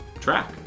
track